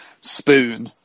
spoon